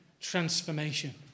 transformation